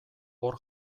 hor